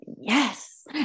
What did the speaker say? yes